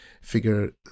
figure